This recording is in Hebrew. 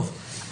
טוב,